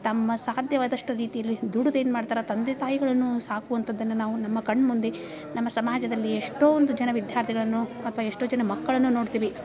ತಮ್ಮ ಸಾಧ್ಯವಾದಷ್ಟು ರೀತಿಯಲ್ಲಿ ದುಡಿದು ಏನು ಮಾಡ್ತಾರೆ ತಂದೆ ತಾಯಿಗಳನ್ನು ಸಾಕುವಂಥದ್ದನ್ನು ನಾವು ನಮ್ಮ ಕಣ್ಣ ಮುಂದೆ ನಮ್ಮ ಸಮಾಜದಲ್ಲಿ ಎಷ್ಟೋ ಒಂದು ಜನ ವಿದ್ಯಾರ್ಥಿಗಳನ್ನು ಅಥಾವ ಎಷ್ಟೋ ಜನ ಮಕ್ಕಳನ್ನು ನೋಡ್ತೀವಿ